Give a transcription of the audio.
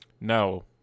No